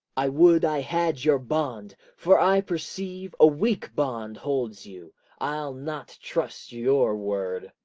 i would i had your bond for i perceive a weak bond holds you i'll not trust your word.